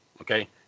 okay